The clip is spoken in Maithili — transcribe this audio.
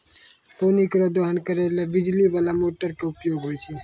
पानी केरो दोहन करै ल बिजली बाला मोटर क उपयोग होय छै